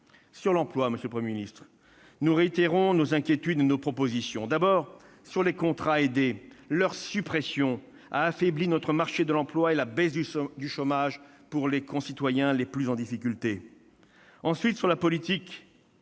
Sur l'emploi, monsieur le Premier ministre, nous réitérons nos inquiétudes et nos propositions. Tout d'abord, la suppression des contrats aidés a affaibli notre marché de l'emploi et réduit la baisse du chômage pour nos concitoyens les plus en difficulté. Ensuite, sur la politique